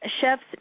chefs